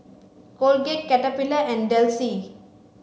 Colgate Caterpillar and Delsey